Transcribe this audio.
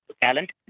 talent